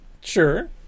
Sure